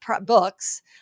books